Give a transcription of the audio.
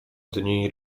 dni